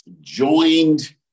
joined